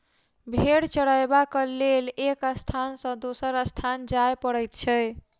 भेंड़ चरयबाक लेल एक स्थान सॅ दोसर स्थान जाय पड़ैत छै